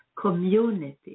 community